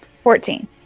Fourteen